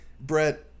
Brett